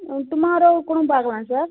ம் டுமாரோவ் கூட பார்க்கலாம் சார்